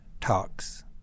talks